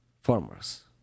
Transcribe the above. farmers